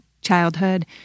childhood